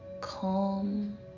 Calm